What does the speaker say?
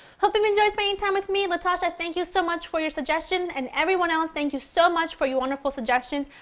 hope you have enjoyed spending time with me, latasha, thank you so much for your suggestion, and everyone else, thank you so much for your wonderful suggestions.